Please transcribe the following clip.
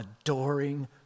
adoring